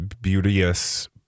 beauteous